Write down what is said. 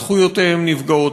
זכויותיהם נפגעות,